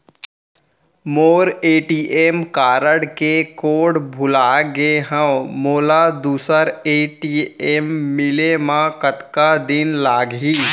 मोर ATM card के कोड भुला गे हव, मोला दूसर ए.टी.एम मिले म कतका दिन लागही?